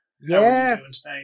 Yes